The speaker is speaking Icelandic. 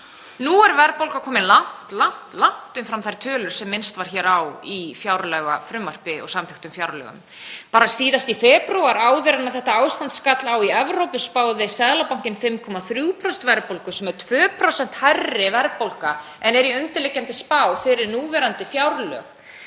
Nú er verðbólgan komin langt umfram þær tölur sem minnst var á í fjárlagafrumvarpi og samþykktum fjárlögum. Bara síðast í febrúar, áður en þetta ástand skall á í Evrópu, spáði Seðlabankinn 5,3% verðbólgu sem er 2% hærri verðbólga en er í undirliggjandi spá fyrir núverandi fjárlög.